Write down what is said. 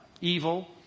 Evil